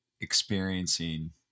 experiencing